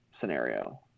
scenario